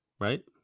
Right